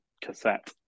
cassette